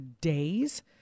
days